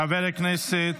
חבר הכנסת